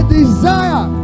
desire